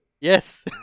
Yes